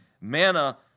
Manna